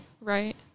Right